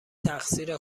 تقصیر